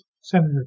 Senator